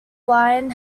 line